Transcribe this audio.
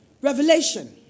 revelation